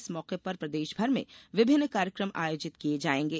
इस मौके पर पर प्रदेशभर में विभिन्न कार्यक्रम आयोजित किये जायेंगे